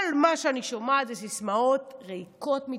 כל מה שאני שומעת זה סיסמאות ריקות מתוכן,